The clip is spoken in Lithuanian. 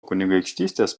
kunigaikštystės